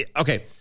okay